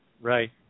Right